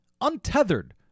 untethered